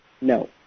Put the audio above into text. No